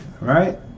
Right